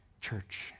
church